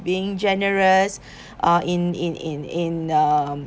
or being generous uh in in in in um